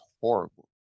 horrible